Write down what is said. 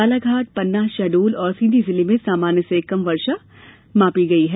बालाघाट पन्ना शहडोल और सीधी जिले में सामान्य से कम वर्षा मापी गई है